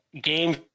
game